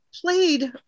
played